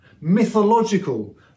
mythological